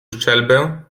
strzelbę